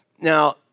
Now